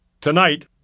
Tonight